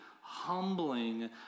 humbling